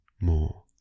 more